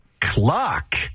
clock